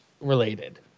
related